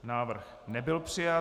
Návrh nebyl přijat.